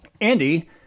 Andy